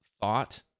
thought